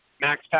Max